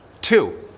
Two